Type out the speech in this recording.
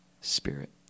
Spirit